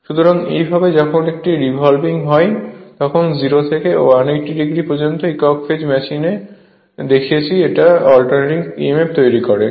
সুতরাং এইভাবে যখন এটি রিভলভিং হয় তখন 0 থেকে 180 o পর্যন্ত একক ফেজ মেশিন দেখেছি যেটি অল্টারনেটিং emf তৈরি করে